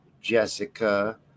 Jessica